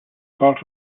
part